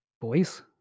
boys